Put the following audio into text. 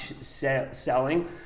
selling